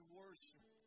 worship